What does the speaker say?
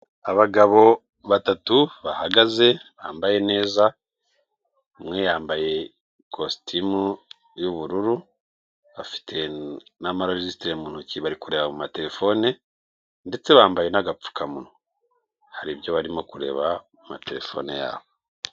Abagabo batatu bahagaze bambaye neza, umwe yambaye ikositimu y'ubururu, afite n'amarojisitiri mu ntoki, bari kureba amatelefone ndetse bambaye n'agapfukamunwa, hari ibyo barimo kureba mu matelefone yabo.